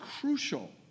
crucial